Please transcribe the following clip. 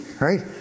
Right